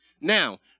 Now